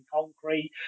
concrete